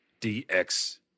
DX